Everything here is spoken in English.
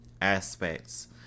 aspects